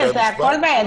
זה חצי הגבלה.